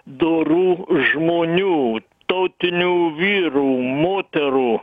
dorų žmonių tautinių vyrų moterų